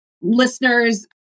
listeners